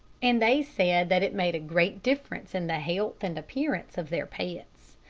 and they said that it made a great difference in the health and appearance of their pets.